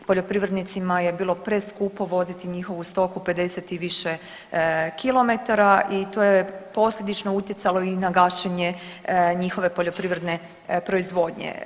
Poljoprivrednicima je bilo preskupo voziti njihovu stoku 50 i više kilometara i to je posljedično utjecalo i na gašenje njihove poljoprivredne proizvodnje.